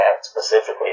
specifically